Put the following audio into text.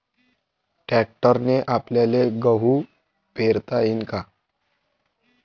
ट्रॅक्टरने आपल्याले गहू पेरता येईन का?